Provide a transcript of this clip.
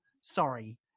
sorry